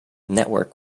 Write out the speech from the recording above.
network